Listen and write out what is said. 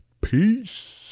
Peace